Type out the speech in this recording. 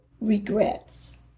regrets